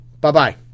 Bye-bye